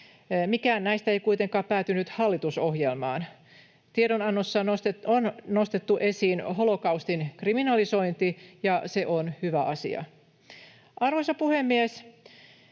Mikään näistä ei kuitenkaan päätynyt hallitusohjelmaan. Tiedonannossa on nostettu esiin holokaustin kiistämisen kriminalisointi, ja se on hyvä asia. Arvoisa puhemies!